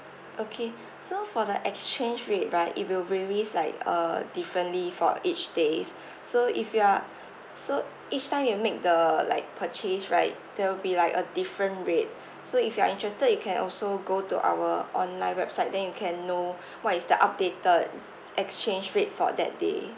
okay so for the exchange rate right it will varies like uh differently for each days so if you are so each time you make the like purchase right there will be like a different rate so if you're interested you can also go to our online website then you can know what is the updated exchange rate for that day